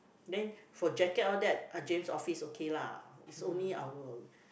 then for jacket all that uh James office okay lah is only our